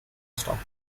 stock